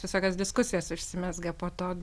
visokios diskusijos užsimezga po to